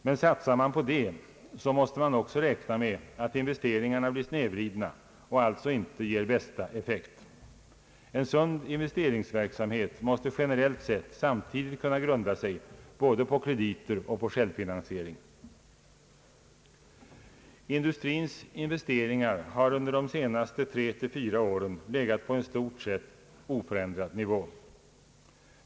Men satsar man på detta, så måste man räkna med att investeringarna blir snedvridna och alltså inte ger bästa effekt. En sund investeringsverksamhet måste generellt sett samtidigt kunna grunda sig både på krediter och självfinansiering. Industrins investeringar har under de senaste tre till fyra åren legat på en i stort sett oförändrad nivå.